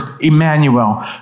Emmanuel